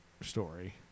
story